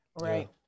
Right